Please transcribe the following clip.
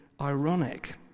ironic